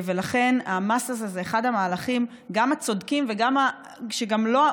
ולכן המס הזה הוא אחד המהלכים גם הצודקים וגם לא,